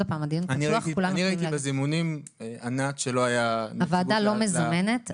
אני ראיתי בזימונים שלא היה -- הוועדה לא מזמנת,